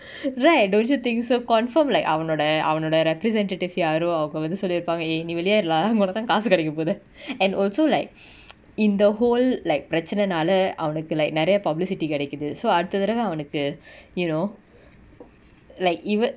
right don't you think so confirm like அவனோட அவனோட:avanoda avanoda represented if யாரோ அவங்க வந்து சொல்லி இருப்பாங்க:yaaro avanga vanthu solli irupaanga eh நீ வெளியாகிறு:nee veliyaakiru lah ஒனக்குதா காசு கெடைக்க போகுதே:onakutha kaasu kedaika pokuthe and also like in the whole like பெரச்சனனால அவனுக்கு:perachananaala avanuku like நெரய:neraya publicity கெடைக்குது:kedaikuthu so அடுத்த தரவ அவனுக்கு:adutha tharava avanuku you know like even